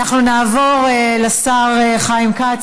נעבור לשר חיים כץ,